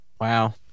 Wow